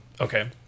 okay